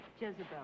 Jezebel